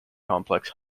complex